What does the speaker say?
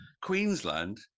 Queensland